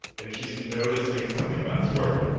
and she's noticing something about this word